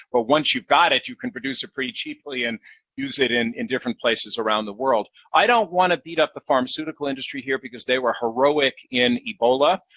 but once you've got it, you can produce it pretty cheaply and use it in in different places around the world. i don't want to beat up the pharmaceutical industry here because they were heroic in ebola,